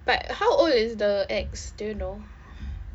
but how old is the ex do you know